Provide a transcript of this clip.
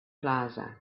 plaza